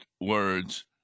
words